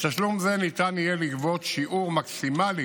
מתשלום זה ניתן יהיה לגבות שיעור מקסימלי